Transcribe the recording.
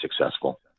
successful